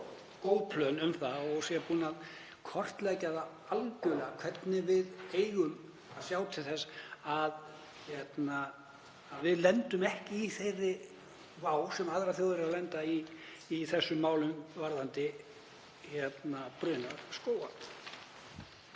og sé búinn að kortleggja það algerlega hvernig við eigum að sjá til þess að við lendum ekki í þeirri vá sem aðrar þjóðir eru að lenda í varðandi bruna skóga.